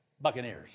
Buccaneers